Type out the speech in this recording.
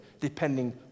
depending